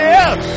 Yes